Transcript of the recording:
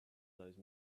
those